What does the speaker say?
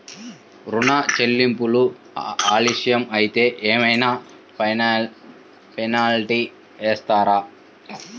ఋణ చెల్లింపులు ఆలస్యం అయితే ఏమైన పెనాల్టీ వేస్తారా?